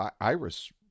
iris